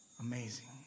Amazing